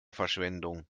verschwendung